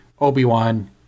Obi-Wan